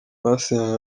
basinyanye